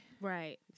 Right